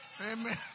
Amen